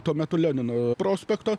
tuo metu lenino prospekto